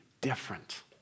different